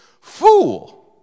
fool